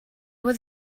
was